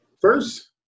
first